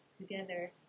together